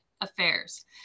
Affairs